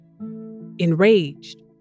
Enraged